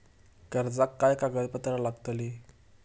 कर्जाक काय कागदपत्र लागतली?